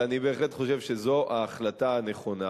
אני בהחלט חושב שזו ההחלטה הנכונה,